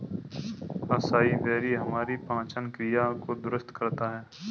acai berry हमारी पाचन क्रिया को दुरुस्त करता है